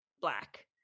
black